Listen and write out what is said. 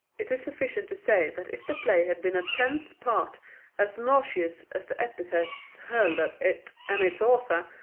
it is sufficient to say that if the play had been a tenth part as nauseous as the epithets hurled at it and its author,